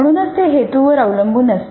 म्हणूनच ते हेतूवर अवलंबून असते